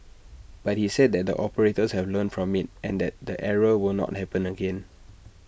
but he said that the operators have learnt from IT and that the error will not happen again